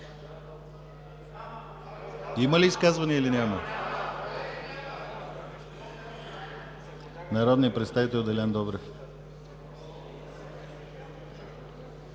Има ли изказвания, или няма? Народният представител Делян Добрев.